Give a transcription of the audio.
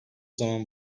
zaman